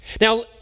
Now